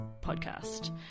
podcast